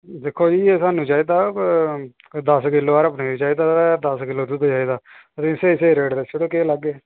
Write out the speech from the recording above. दिक्खो जी एह् सानूं चाहिदा कोई कोई दस किलो हारा पनीर चाहिदा ते दस किलो हारा दुद्ध चाहिदा रेट स्हेई स्हेई रेट दस्सी ओड़ो केह् लागे